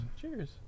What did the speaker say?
Cheers